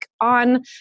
on